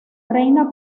reina